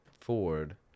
Ford